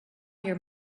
your